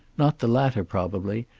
not the latter, probably,